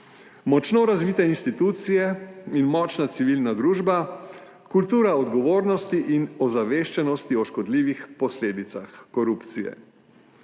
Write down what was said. močno razvite institucije in močna civilna družba, kultura odgovornosti in ozaveščenosti o škodljivih posledicah korupcije.